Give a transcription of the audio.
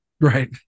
right